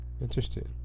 Interesting